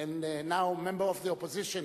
and now member of the Opposition,